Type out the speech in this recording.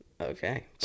Okay